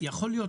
יכול להיות